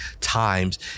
times